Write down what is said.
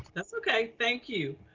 that's okay. thank you.